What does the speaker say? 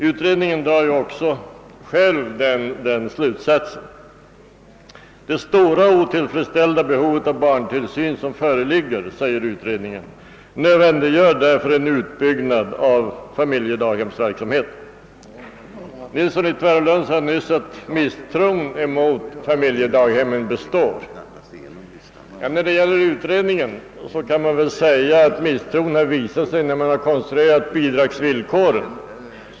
Utredningen drar också själv den slutsatsen: »Det stora och otillfredsställda behov av barntillsyn som föreligger nödvändiggör därför en utbyggnad av familjedaghemsverksamheten», heter det i be tänkandet. Herr Nilsson i Tvärålund sade nyss att misstron mot familjedaghemmen består. När det gäller utredningen kan man "säga att misstron har visat sig vid konstruerandet av bidragsvillkoren.